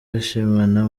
bishimana